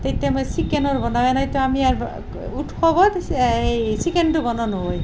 তেতিয়া মই চিকেনৰ বনাওঁ এনেইটো আমি উৎসৱত এই চিকেনটো বনোৱা নহয়